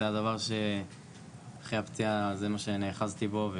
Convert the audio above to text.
זה הדבר שאחרי הפציעה זה מה שנאחזתי בו.